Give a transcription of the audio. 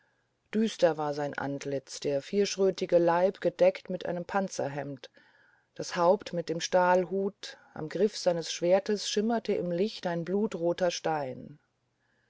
düster war sein antlitz der vierschrötige leib gedeckt mit einem panzerhemd das haupt mit dem stahlhut am griff seines schwertes schimmerte im lichte ein blutroter stein